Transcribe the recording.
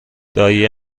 دایی